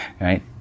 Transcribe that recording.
Right